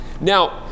Now